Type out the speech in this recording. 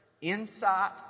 insight